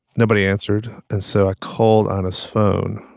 nobody answered. and so i called on his phone,